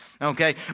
Okay